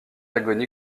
agonie